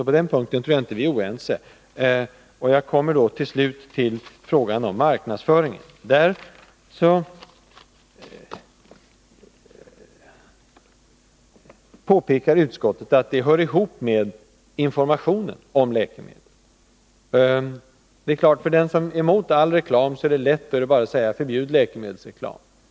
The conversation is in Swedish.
På den punkten tror jag alltså inte att vi är oense. Jag kommer till slut till frågan om marknadsföringen. Utskottet påpekar att den frågan hör ihop med informationen om läkemedel. För den som är emot all reklam är det lätt att säga: Förbjud läkemedelsreklam!